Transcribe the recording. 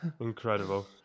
Incredible